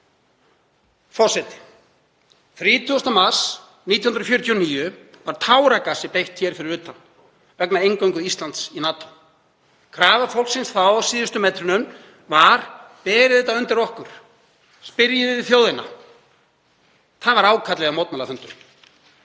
Forseti. Þann 30. mars 1949 var táragasi beitt hér fyrir utan vegna inngöngu Íslands í NATO. Krafa fólksins þá á síðustu metrunum var: Berið þetta undir okkur. Spyrjið þjóðina. Það var ákallið á mótmælafundinum.